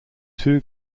too